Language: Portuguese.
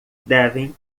devem